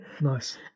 nice